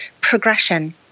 progression